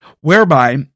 whereby